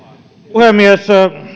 puhemies